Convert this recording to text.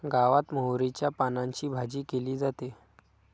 गावात मोहरीच्या पानांची भाजी केली जाते